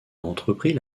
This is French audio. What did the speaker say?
entrepris